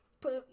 Put